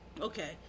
okay